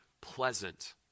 pleasant